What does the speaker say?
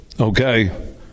okay